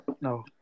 No